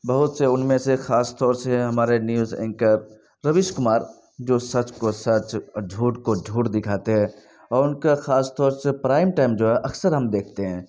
بہت سے ان میں سے خاص طور سے ہمارے نیوز اینکر رویش کمار جو سچ کو سچ اور جھوٹ کو جھوٹ دکھاتے ہے اور ان کا خاص طور سے پرائم ٹائم جو ہے اکثر ہم دیکھتے ہیں